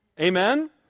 Amen